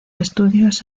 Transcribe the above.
estudios